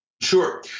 sure